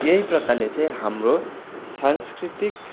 यही प्रकारले चाहिँ हाम्रो सांस्कृतिक